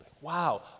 Wow